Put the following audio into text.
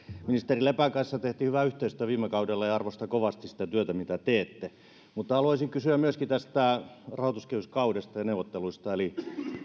ministeri lepän kanssa tehtiin hyvää yhteistyötä viime kaudella ja arvostan kovasti sitä työtä mitä teette haluaisin kysyä myöskin tästä rahoituskehyskaudesta ja neuvotteluista eli